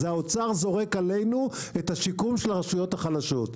זה האוצר זורק עלינו את השיקום של הרשויות החלשות,